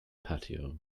patio